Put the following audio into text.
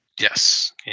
Yes